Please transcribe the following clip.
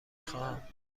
خواهم